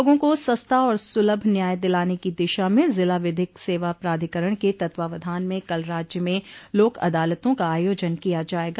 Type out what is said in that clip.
लोगों को सस्ता और सुलभ न्याय दिलाने की दिशा में जिला विधिक सेवा प्राधिकरण के तत्वावधान में कल राज्य में लोक अदालतों का आयोजन किया जायेगा